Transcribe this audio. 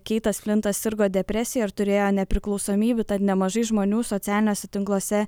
keitas flintas sirgo depresija turėjo nepriklausomybių tad nemažai žmonių socialiniuose tinkluose